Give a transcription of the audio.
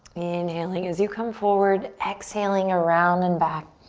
inhaling as you come forward. exhaling around and back.